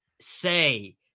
say